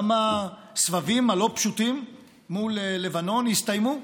גם הסבבים הלא-פשוטים מול לבנון הסתיימו.